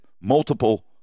multiple